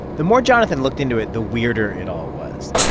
the more jonathan looked into it, the weirder it all was.